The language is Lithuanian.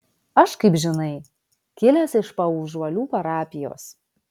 aš kaip žinai kilęs iš paužuolių parapijos